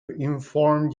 inform